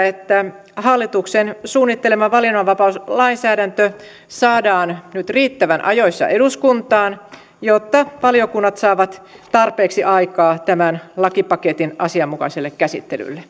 että hallituksen suunnittelema valinnanvapauslainsäädäntö saadaan nyt riittävän ajoissa eduskuntaan jotta valiokunnat saavat tarpeeksi aikaa tämän lakipaketin asianmukaiselle käsittelylle